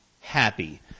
happy